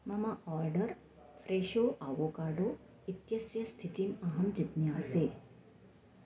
मम आर्डर् फ़्रेशो आवोकाडो इत्यस्य स्थितिम् अहं जिज्ञासे